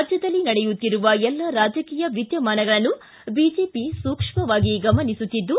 ರಾಜ್ಯದಲ್ಲಿ ನಡೆಯುತ್ತಿರುವ ಎಲ್ಲ ರಾಜಕೀಯ ವಿದ್ದಮಾನಗಳನ್ನು ಬಿಜೆಪಿ ಸೂಕ್ಷ್ಮವಾಗಿ ಗಮನಿಸುತ್ತಿದ್ದು